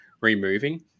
removing